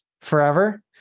forever